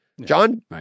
John